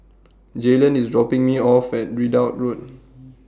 Jaylen IS dropping Me off At Ridout Road